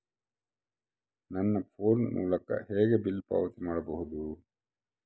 ನನ್ನ ಫೋನ್ ಮೂಲಕ ಹೇಗೆ ಬಿಲ್ ಪಾವತಿ ಮಾಡಬಹುದು?